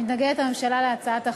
מתנגדת הממשלה להצעת החוק.